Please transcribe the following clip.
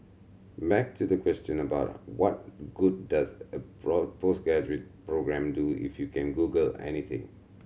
back to the question about what good does a postgraduate programme do if you can Google anything